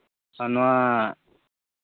ᱟᱨ ᱱᱚᱣᱟ